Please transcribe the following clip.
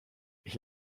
ich